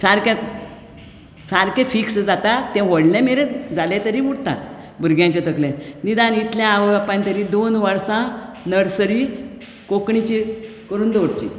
सारकें सारकें फिक्स जाता तें व्होडले मेरेन जालें तरी उरता भुरग्यांच्या तकलेंत निदान इतलें आवय बापायन तरी दोन वर्सां नर्सरी कोंकणीची करून दवरची